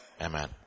Amen